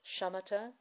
shamata